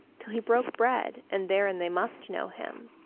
till he broke bread, and therein they must know him.